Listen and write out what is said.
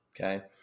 Okay